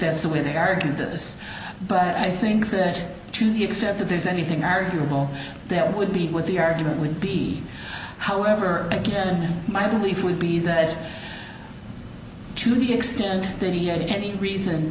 that's the way they argued this but i think that to the extent that there's anything arguable that would be what the argument would be however again in my belief would be that to the extent that he had any reason